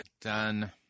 Done